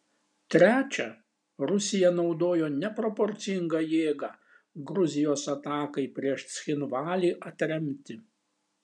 trečia rusija naudojo neproporcingą jėgą gruzijos atakai prieš cchinvalį atremti